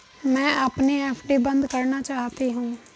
मैं अपनी एफ.डी बंद करना चाहती हूँ